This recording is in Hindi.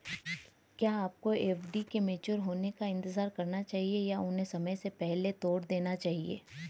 क्या आपको एफ.डी के मैच्योर होने का इंतज़ार करना चाहिए या उन्हें समय से पहले तोड़ देना चाहिए?